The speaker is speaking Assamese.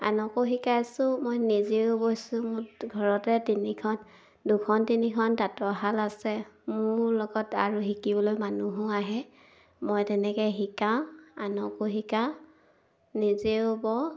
আনকো শিকাইছোঁ মই নিজেও বৈছোঁ মোৰ ঘৰতে তিনিখন দুখন তিনিখন তাঁতৰশাল আছে মোৰ লগত আৰু শিকিবলৈ মানুহো আহে মই তেনেকৈ শিকাওঁ আনকো শিকাওঁ নিজেও বওঁ